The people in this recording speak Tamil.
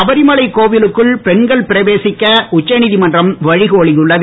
சபரிமலை கோவிலுக்குள் பெண்கள் பிரவேசிக்க உச்ச நீதிமன்றம் வழி கோலியுள்ளது